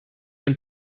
wenn